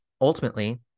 ultimately